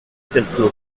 quelques